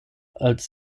als